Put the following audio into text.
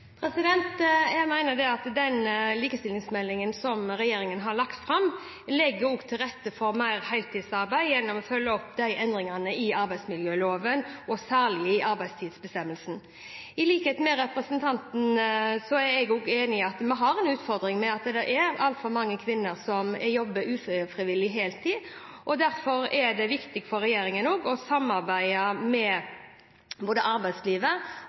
Jeg mener at den likestillingsmeldingen som regjeringen har lagt fram, legger til rette for mer heltidsarbeid ved å følge opp endringene i arbeidsmiljøloven og særlig arbeidstidsbestemmelsene. I likhet med representanten mener jeg også at vi har en utfordring ved at det er altfor mange kvinner som jobber ufrivillig deltid, og derfor er det viktig for regjeringen å samarbeide med både arbeidslivet